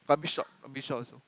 but a bit short a bit short also